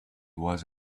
was